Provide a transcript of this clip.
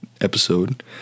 episode